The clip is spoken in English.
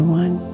one